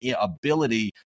ability